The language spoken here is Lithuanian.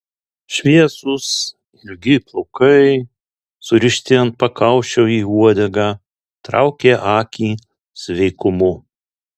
šviesūs ilgi plaukai surišti ant pakaušio į uodegą traukė akį sveikumu